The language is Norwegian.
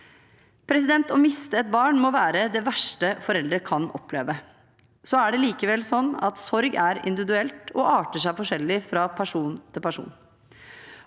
Å miste et barn må være det verste foreldre kan oppleve. Likevel er det slik at sorg er individuelt og arter seg forskjellig fra person til person.